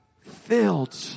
filled